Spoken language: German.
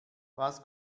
was